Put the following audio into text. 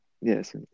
yes